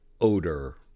odor